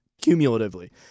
cumulatively